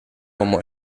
como